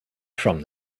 from